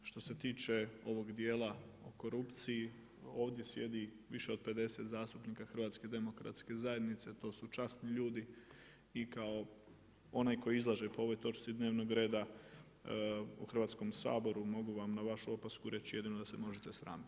Što se tiče ovog djela o korupciji ovdje sjedi više od 50 zastupnika HDZ-a, to su časni ljudi i kao onaj koji izlaže po ovoj točci dnevnog reda u Hrvatskom saboru mogu vam na vašu opasku reći jedino da se možete sramiti.